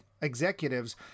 executives